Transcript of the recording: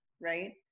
right